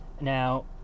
Now